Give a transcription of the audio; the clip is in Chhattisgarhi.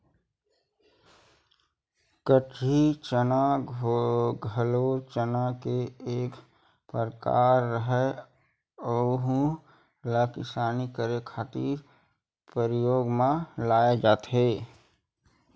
कटही चना घलो चना के एक परकार हरय, अहूँ ला किसानी करे खातिर परियोग म लाये जाथे